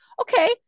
okay